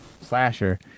Slasher